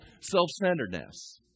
self-centeredness